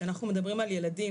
כשאנחנו מדברים על ילדים,